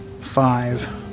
Five